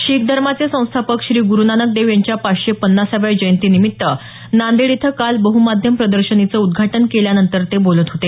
शिख धर्माचे संस्थापक श्री ग्रुनानक देव यांच्या पाचशे पन्नासाव्या जयंतीनिमित्त नांदेड इथं काल बहुमाध्यम प्रदर्शनीचं उद्घाटन केल्यानंतर ते बोलत होते